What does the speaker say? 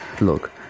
Look